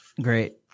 Great